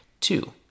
Two